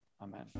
Amen